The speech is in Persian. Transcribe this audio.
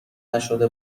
نشده